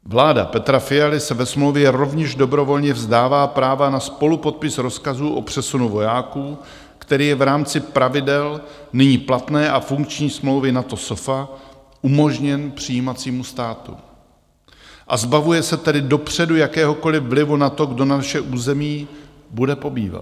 Vláda Petra Fialy se ve smlouvě rovněž dobrovolně vzdává práva na spolupodpis rozkazů o přesunu vojáků, který je v rámci pravidel nyní platné a funkční smlouvy NATO SOFA umožněn přijímajícímu státu, a zbavuje se tedy dopředu jakéhokoliv vlivu na to, kdo na našem území bude pobývat.